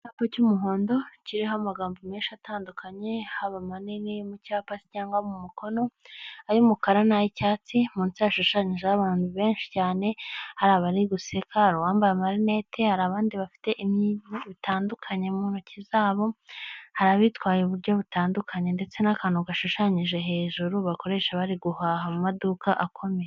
Icyapa cy'umuhondo kiriho amagambo menshi atandukanye haba manini yo mu cyapa se cyangwa mu mukono ay'umukara n'ay'icyatsi munsi yashushanyijeho abantu benshi cyane hari abari guseka bambaye marinette hari abandi bafite bitandukanye mu ntoki zabo hari abitwaye uburyo butandukanye ndetse n'akantu gashushanyije hejuru bakoresha bari guhaha mu maduka akomeye.